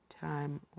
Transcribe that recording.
Time